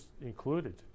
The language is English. included